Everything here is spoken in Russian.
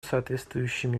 соответствующими